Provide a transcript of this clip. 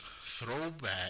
Throwback